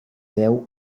veu